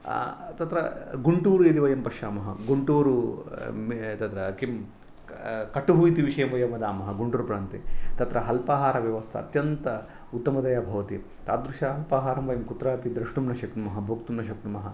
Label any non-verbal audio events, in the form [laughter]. तत्र गुण्टूर् यदि वयं पश्यामः गुण्टूरु [unintelligible] एतद् किं कटुः इति विषये वयं वदामः गुण्टुरप्रान्ते तत्र अल्पाहारव्यवस्था अत्यन्त उत्तमतया भवति तादृशाल्पाहारं वयं कुत्रापि द्रष्टुं न शक्नुमः भोक्तुं न शक्नुमः